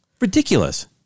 Ridiculous